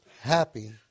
happy